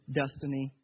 destiny